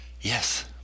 yes